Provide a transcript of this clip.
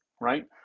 right